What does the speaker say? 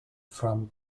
from